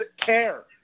care